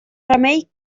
remei